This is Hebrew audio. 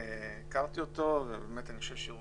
בליי שהכרתי אותו ואני חושב שהוא